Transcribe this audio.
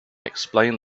explained